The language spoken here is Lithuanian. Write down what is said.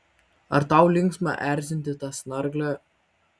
ar tau linksma erzinti tą snarglę